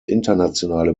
internationale